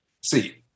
see